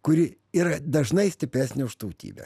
kuri yra dažnai stipresnė už tautybę